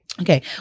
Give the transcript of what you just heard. Okay